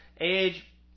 age